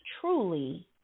truly